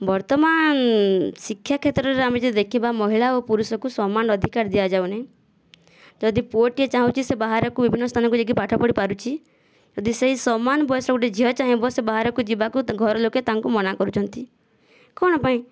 ବର୍ତ୍ତମାନ ଶିକ୍ଷା କ୍ଷେତ୍ରରେ ଆମେ ଯଦି ଦେଖିବା ମହିଳା ଓ ପୁରୁଷକୁ ସମ୍ମାନ ଅଧିକାର ଦିଆଯାଉ ନାହିଁ ଯଦି ପୁଅଟିଏ ଚାହୁଁଛି ସିଏ ବାହାରକୁ ବିଭିନ୍ନ ସ୍ଥାନକୁ ଯାଇକି ପାଠ ପଢ଼ିପାରୁଛି ଯଦି ସେଇ ସମାନ ବୟସର ଗୋଟିଏ ଝିଅ ଚାହିଁବ ସେ ବାହାରକୁ ଯିବାକୁ ଘରଲୋକ ତାଙ୍କୁ ମନା କରୁଛନ୍ତି କଣ ପାଇଁ